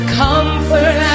comfort